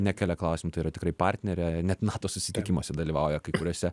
nekelia klausimų tai yra tikrai partnerė net nato susitikimuose dalyvauja kai kuriuose